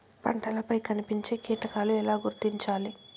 పంటలపై కనిపించే కీటకాలు ఎలా గుర్తించాలి?